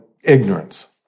ignorance